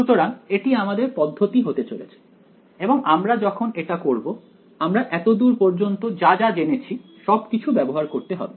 সুতরাং এটি আমাদের পদ্ধতি হতে চলেছে এবং আমরা যখন এটা করব আমরা এত দূর পর্যন্ত যা যা জেনেছি সব কিছু ব্যবহার করতে হবে